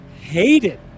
hated